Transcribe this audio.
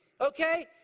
Okay